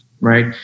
right